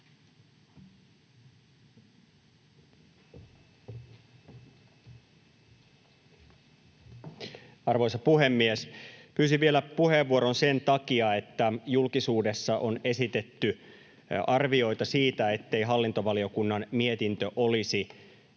Arvoisa puhemies! Pyysin vielä puheenvuoron sen takia, että julkisuudessa on esitetty arvioita siitä, ettei hallintovaliokunnan mietintö olisi